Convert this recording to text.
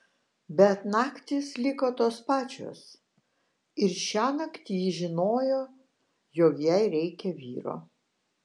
bet naktys liko tos pačios ir šiąnakt ji žinojo jog jai reikia vyro